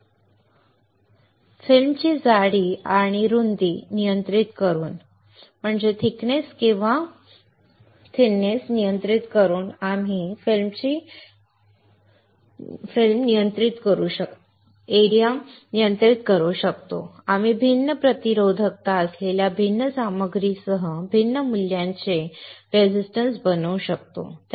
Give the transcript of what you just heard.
चित्रपटाची जाडी आणि रुंदी नियंत्रित करून आम्ही भिन्न प्रतिरोधकता असलेल्या भिन्न सामग्रीसह भिन्न मूल्यांचे प्रतिरोधक बनवू शकतो